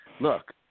look